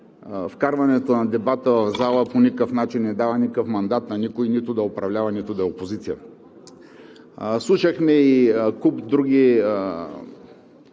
вкарването на дебата в залата по никакъв начин не дава никакъв мандат на никого нито да управлява, нито да е опозиция. Слушахме и куп други